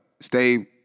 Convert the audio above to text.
stay